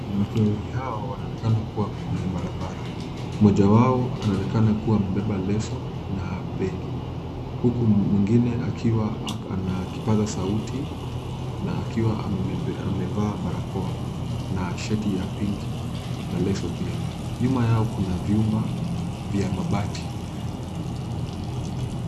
Wanawake wawili hawa wanaonekana kuwa wako kwenye barabara. Mmoja wao anaonekana kuwa amebeba leso na begi huku mwingine akiwa ana kipaza sauti na akiwa amevaa barakoa na shati ya pinki na leso pia. Nyuma yao kuna vyumba vya mabati.